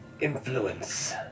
influence